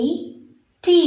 -t